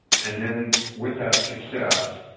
and then with that success,